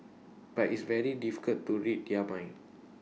but it's very difficult to read their minds